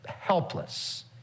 helpless